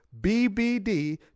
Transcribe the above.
BBD